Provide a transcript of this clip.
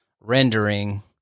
rendering